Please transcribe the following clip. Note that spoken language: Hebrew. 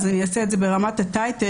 אני אעשה את זה ברמת כותרות,